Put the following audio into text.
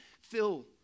fill